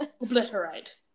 Obliterate